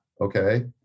okay